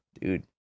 dude